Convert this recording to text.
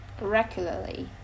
regularly